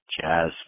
jazz